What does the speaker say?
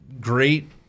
great